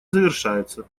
завершается